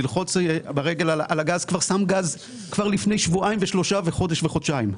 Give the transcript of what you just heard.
ללחוץ עם הרגל על הגז כבר שם גז לפני שבועיים ושלושה וחודש וחודשיים.